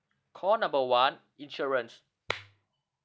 call number one insurance